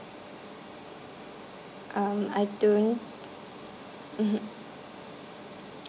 um I don't mmhmm